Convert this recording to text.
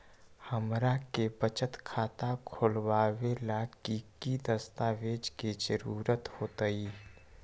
हमरा के बचत खाता खोलबाबे ला की की दस्तावेज के जरूरत होतई?